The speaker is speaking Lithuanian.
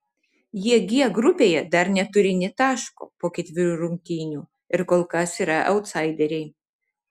jie g grupėje dar neturi nė taško po ketverių rungtynių ir kol kas yra autsaideriai